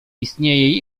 istnieje